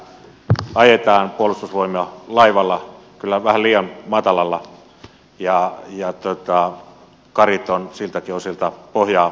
tällä hetkellä ajetaan puolustusvoimat laivaa kyllä vähän liian matalalla ja karit ovat siltäkin osilta pohjaa koskettamassa